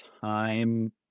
time